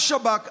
השב"כ.